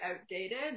outdated